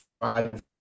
five